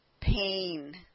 pain